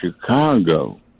Chicago